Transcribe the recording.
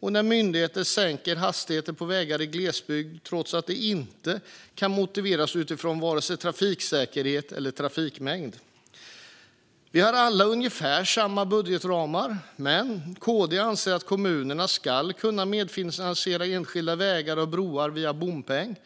och när myndigheter sänker hastighetsgränser på vägar i glesbygd trots att det inte kan motiveras av vare sig trafiksäkerhet eller trafikmängd. Vi har alla ungefär samma budgetramar, men KD anser att kommunerna ska kunna medfinansiera enskilda vägar och broar via bompeng.